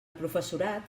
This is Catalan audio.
professorat